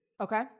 Okay